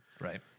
Right